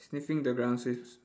sniffing the ground so it's